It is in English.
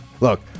Look